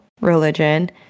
religion